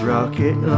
Rocket